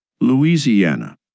Louisiana